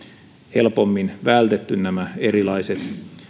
helpommin vältetty nämä erilaiset